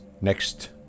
Next